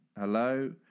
Hello